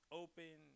open